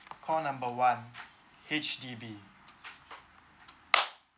call number one H_D_B